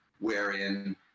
wherein